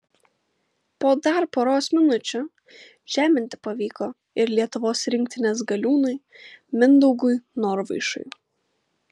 po dar poros minučių žeminti pavyko ir lietuvos rinktinės galiūnui mindaugui norvaišui